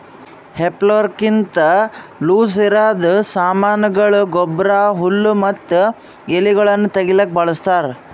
ಹೇ ಫೋರ್ಕ್ಲಿಂತ ಲೂಸಇರದ್ ಸಾಮಾನಗೊಳ, ಗೊಬ್ಬರ, ಹುಲ್ಲು ಮತ್ತ ಎಲಿಗೊಳನ್ನು ತೆಗಿಲುಕ ಬಳಸ್ತಾರ್